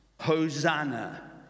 Hosanna